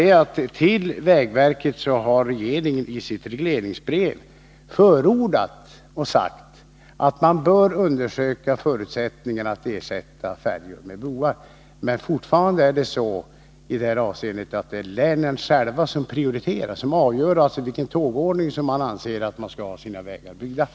Till vägverket har regeringen i sitt regleringsbrev sagt att man bör undersöka förutsättningarna att ersätta färjor med broar, men fortfarande är det så att det är länen själva som avgör i vilken ordning man vill ha sina vägar byggda.